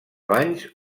banys